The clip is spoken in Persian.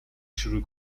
شروع